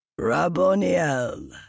Raboniel